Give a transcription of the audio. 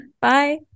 Bye